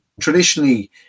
traditionally